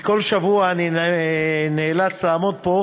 כל שבוע אני נאלץ לעמוד פה,